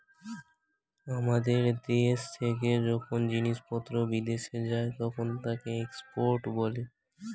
আমাদের দেশ থেকে যখন জিনিসপত্র বিদেশে যায় তখন তাকে এক্সপোর্ট বলে